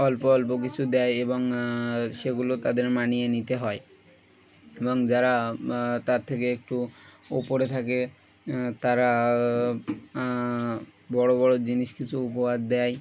অল্প অল্প কিছু দেয় এবং সেগুলো তাদের মানিয়ে নিতে হয় এবং যারা তার থেকে একটুপরে থাকে তারা বড়ো বড়ো জিনিস কিছু উপহার দেয়